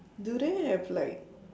do they have like